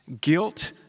Guilt